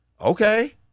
Okay